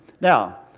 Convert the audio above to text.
Now